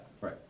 Right